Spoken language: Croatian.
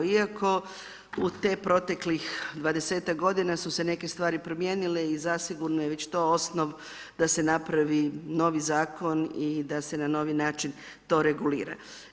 Iako u te proteklih, 20-tak g. su se neke stvari promijenile i zasigurno je već to osnov, da se napravi novi zakon i da se na novi način to regulira.